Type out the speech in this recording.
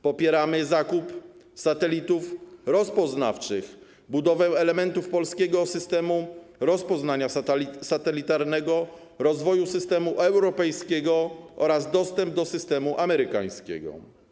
Popieramy zakup satelitów rozpoznawczych, budowę elementów polskiego systemu rozpoznania satelitarnego, rozwój systemu europejskiego oraz dostęp do systemu amerykańskiego.